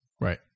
Right